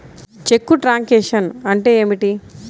చెక్కు truncation అంటే ఏమిటి?